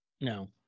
No